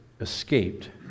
escaped